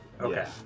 Okay